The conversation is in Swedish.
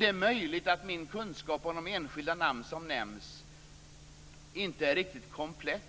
Det är möjligt att min kunskap om de enskilda namn som nämns inte är riktigt komplett.